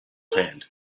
hand